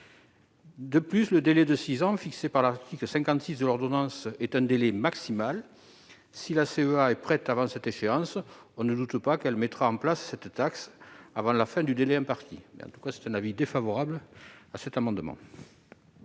De plus, le délai de six ans fixé par l'article 56 de l'ordonnance est un délai maximal. Si la CEA est prête avant cette échéance, je ne doute pas qu'elle mettra en place cette taxe avant la fin du délai imparti. La commission émet donc un avis défavorable sur cet amendement.